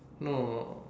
no